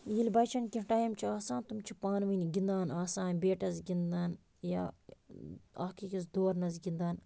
ییٚلہِ بَچَن کینٛہہ ٹایِم چھُ آسان تِم چھِ پانؤنۍ گِنٛدان آسان بیٹَس گِنٛدان یا اکھ أکِس دورنَس گِنٛدان